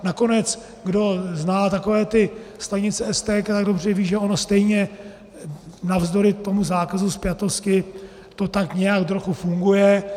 Nakonec kdo zná takové ty stanice STK, tak dobře ví, že ono stejně navzdory tomu zákazu spjatosti to tak nějak trochu funguje.